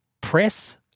press